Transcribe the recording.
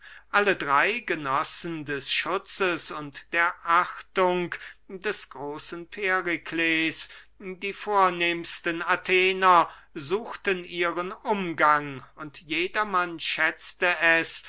alle drey genossen des schutzes und der achtung des großen perikles die vornehmsten athener suchten ihren umgang und jedermann schätzte es